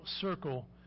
circle